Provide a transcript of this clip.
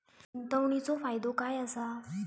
गुंतवणीचो फायदो काय असा?